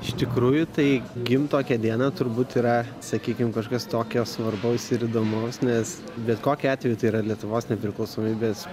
iš tikrųjų tai gimt tokią dieną turbūt yra sakykim kažkas tokio svarbaus ir įdomaus nes bet kokiu atveju tai yra lietuvos nepriklausomybės